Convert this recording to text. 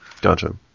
Gotcha